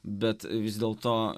bet vis dėlto